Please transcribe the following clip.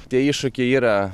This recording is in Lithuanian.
tie iššūkiai yra